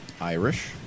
Irish